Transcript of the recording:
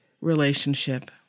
relationship